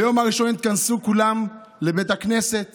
ביום ראשון התכנסו כולם בבית הכנסת